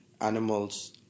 animals